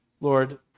Lord